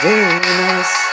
Venus